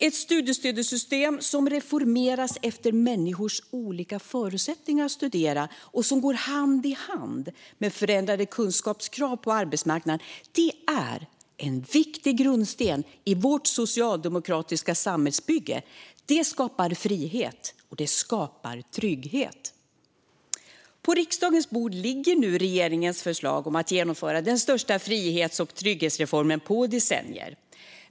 Ett studiestödssystem som reformeras efter människors olika förutsättningar att studera och som går hand i hand med förändrade kunskapskrav på arbetsmarknaden är en viktig grundsten i vårt socialdemokratiska samhällsbygge. Det skapar frihet, och det skapar trygghet. På riksdagens bord ligger nu regeringens förslag om att genomföra den största frihets och trygghetsreformen på decennier.